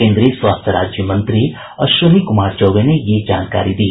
केन्द्रीय स्वास्थ्य राज्यमंत्री अश्विनी कुमार चौबे ने ये जानकारी दी